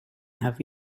have